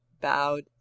bowed